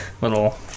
little